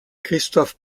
christophe